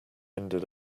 ended